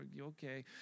okay